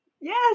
Yes